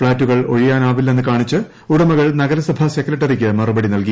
ഫ്ളാറ്റുകൾ ഒഴിയാനാവില്ലെന്ന് കാണിച്ച് ഉട്ടമ്കൾ നഗരസഭാ സെക്രട്ടറിക്ക് മറുപടി ്രന്ൽകി